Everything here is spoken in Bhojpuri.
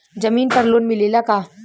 जमीन पर लोन मिलेला का?